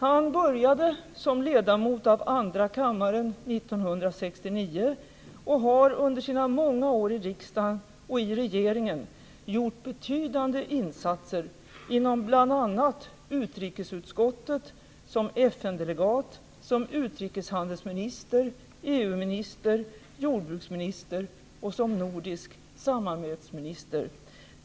Han började som ledamot av andra kammaren 1969 och har under sina många år i riksdagen och i regeringen gjort betydande insatser inom bl.a. utrikesutskottet, som FN-delegat, som utrikeshandelsminister, EU-minister, jordbruksminister och som nordisk samarbetsminister.